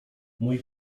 mój